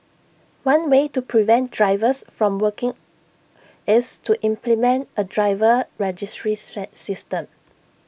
one way to prevent drivers from working is to implement A driver registry system